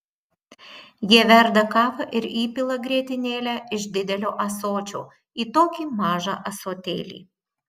jie verda kavą ir įpila grietinėlę iš didelio ąsočio į tokį mažą ąsotėlį